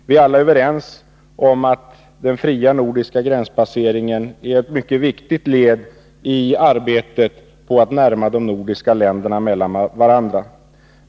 Vi är alla överens om att den fria nordiska gränspasseringen är ett mycket viktigt led i arbetet på att närma de nordiska länderna till varandra.